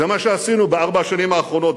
זה מה שעשינו בארבע השנים האחרונות.